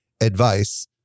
advice